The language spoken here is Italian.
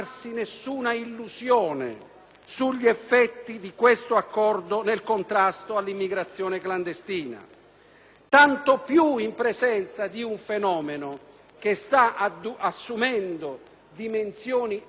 tanto più in presenza di un fenomeno che sta assumendo dimensioni davvero consistenti, che presenta aspetti terribilmente drammatici